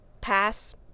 pass